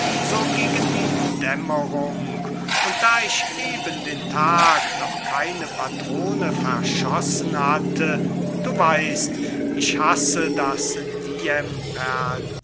so gegen die dämmerung und da ich eben den tag noch keine patrone verschossen hatte du weist ich hasse das